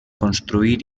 construir